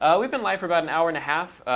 ah we've been live for about an hour and a half.